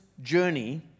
journey